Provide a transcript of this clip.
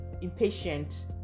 impatient